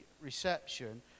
reception